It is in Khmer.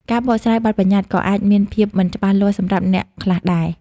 ការបកស្រាយបទប្បញ្ញត្តិក៏អាចមានភាពមិនច្បាស់លាស់សម្រាប់អ្នកខ្លះដែរ។